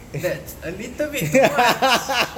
that's a little bit too much